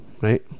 right